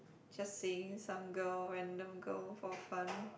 just saying some girl random girl for fun